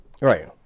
Right